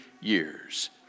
years